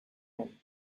hen